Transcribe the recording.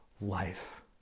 life